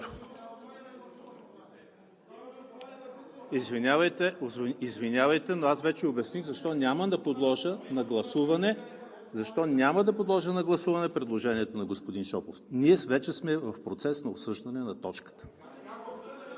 Извинявайте, но аз вече обясних защо няма да подложа на гласуване предложението на господин Шопов – вече сме в процес на обсъждане на точката.